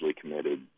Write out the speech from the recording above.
committed